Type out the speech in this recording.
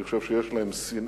אני חושב שיש להם שנאה